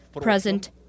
present